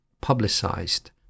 publicized